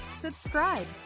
subscribe